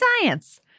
science